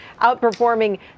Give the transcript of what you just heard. outperforming